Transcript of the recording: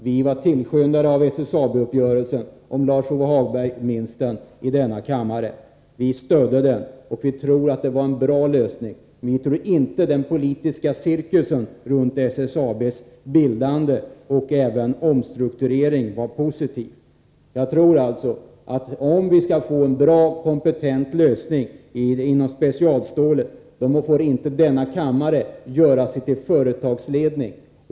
Vi var tillskyndare av SSAB-uppgörelsen i denna kammare, om Lars-Ove Hagberg minns den. Vi stödde den, och vi tror att det var en bra lösning. Men vi tror inte att den politiska cirkusen runt SSAB:s bildande och även omstrukturering var positiv. Om vi skall få en bra och kompetent lösning inom specialstålsindustrin får inte denna kammare göra sig till företagsledning.